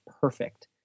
perfect